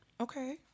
Okay